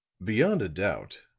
beyond a doubt,